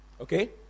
Okay